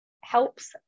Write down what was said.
helps